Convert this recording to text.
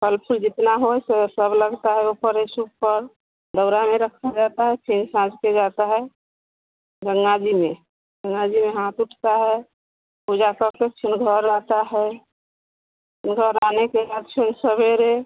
फल फूल जितना होए सब लगता है ओ पर ए सूप पर दउरा में रखा जाता है फ़िर साँझ के जाता है गंगा जी में गंगा जी में हाथ उठता है पूजा करके फ़िर घर आता है घर आने के बाद फ़िर सवेरे